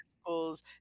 schools